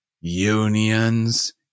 unions